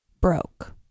Broke